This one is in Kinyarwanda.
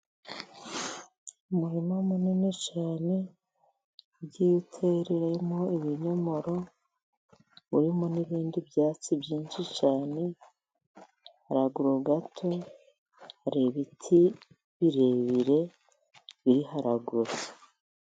Umurima munini cyane, ugiye uteyemo ibinyomoro, urimo n'ibindi byatsi byinshi cyane ,haruguru gato hari ibiti birebire biri haruguru.